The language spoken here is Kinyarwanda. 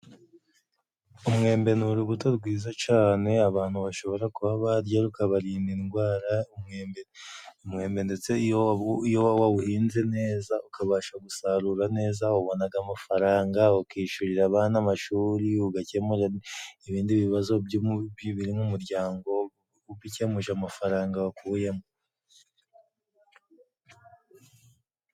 Umwembe ni urubuto rwiza cane abantu bashobora kuba barya rukabarinda indwara. Umwembe ndetse iyo wawuhinze neza ukabasha gusarura neza, ubonaga amafaranga ukishyurira abana amashuri, ugakera n' ibindi bibazo by'um biri mu muryango ubikemuje amafaranga wakuyemo.